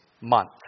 month